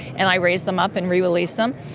and i raise them up and rerelease them.